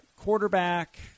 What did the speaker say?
quarterback